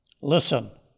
Listen